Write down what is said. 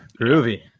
groovy